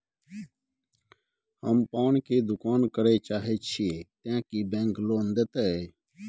हम पान के दुकान करे चाहे छिये ते की बैंक लोन देतै?